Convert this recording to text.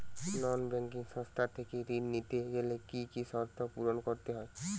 নন banking সংস্থা থেকে ঋণ নিতে গেলে কি কি শর্ত পূরণ করতে হয়?